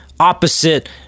opposite